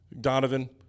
Donovan